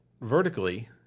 vertically